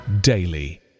daily